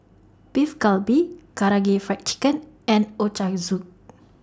Beef Galbi Karaage Fried Chicken and Ochazuke